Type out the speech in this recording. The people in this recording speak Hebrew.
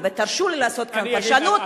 ותרשו לי לעשות פרשנות,